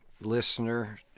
listener